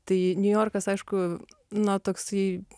tai niujorkas aišku na toksai